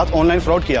online fraud yeah